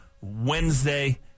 Wednesday